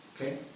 okay